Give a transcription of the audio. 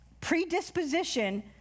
predisposition